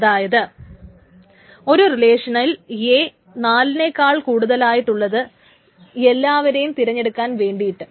അതായത് ഒരു റിലേഷനിൽ A നാലിനേക്കാൾ കൂടുതലായിട്ടുള്ളത് എല്ലാവരേയും തിരഞ്ഞെടുക്കാൻ വേണ്ടിയിട്ട്